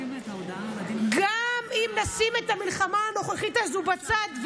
גם אם נשים את המלחמה הנוכחית הזאת בצד,